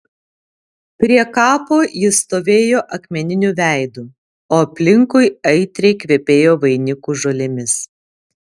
prie kapo jis stovėjo akmeniniu veidu o aplinkui aitriai kvepėjo vainikų žolėmis